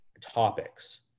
topics